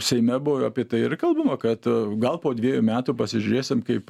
seime buvo apie tai ir kalbama kad gal po dvejų metų pasižiūrėsim kaip